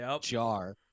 jar